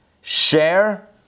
share